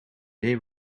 they